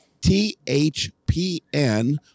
THPN